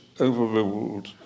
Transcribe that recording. overruled